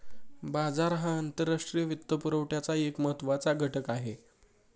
बाजार हा आंतरराष्ट्रीय वित्तपुरवठ्याचा एक महत्त्वाचा घटक आहे